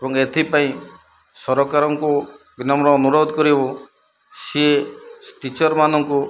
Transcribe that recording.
ଏବଂ ଏଥିପାଇଁ ସରକାରଙ୍କୁ ବିନମ୍ର ଅନୁରୋଧ କରିବୁ ସିଏ ଟିଚରମାନଙ୍କୁ